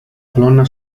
colonna